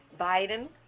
Biden